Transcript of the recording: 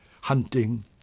hunting